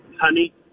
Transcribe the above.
Honey